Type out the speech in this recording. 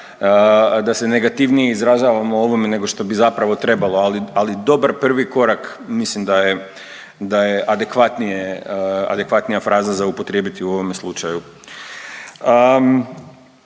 da se negativnije izražavam o ovome nego što bi zapravo trebalo, ali, ali dobar prvi korak, mislim da je, da je adekvatnije, adekvatnija fraza za upotrijebiti u ovome slučaju.